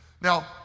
Now